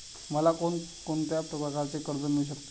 मला कोण कोणत्या प्रकारचे कर्ज मिळू शकते?